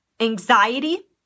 Anxiety